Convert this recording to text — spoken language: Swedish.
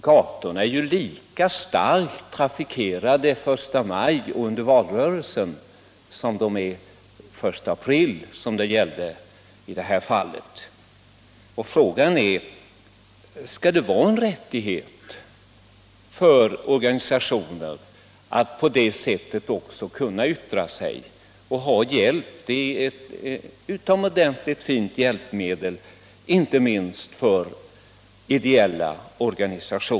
Gatorna är lika starkt trafikerade den 1 maj och under en valrörelse som de är den 1 april, som det gäller i detta fall, och då är frågan: Skall ideella organisationer ha rätt att använda sig av bilburen högtalarreklam, som är ett utomordentligt fint hjälpmedel inte minst för dessa?